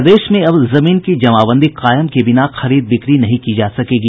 प्रदेश में अब जमीन की जमाबंदी कायम किये बिना खरीद बिक्री नहीं की जा सकेगी